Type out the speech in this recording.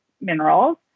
minerals